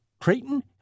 Creighton